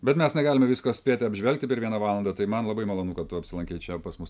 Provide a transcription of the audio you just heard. bet mes negalime visko spėti apžvelgti per vieną valandą tai man labai malonu kad tu apsilankei čia pas mus